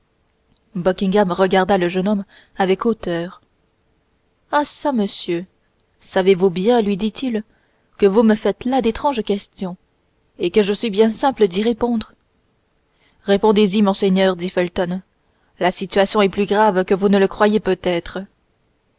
buckingham regarda le jeune homme avec hauteur ah çà monsieur savez-vous bien lui dit-il que vous me faites là d'étranges questions et que je suis bien simple d'y répondre répondez y monseigneur dit felton la situation est plus grave que vous ne le croyez peut-être